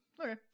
okay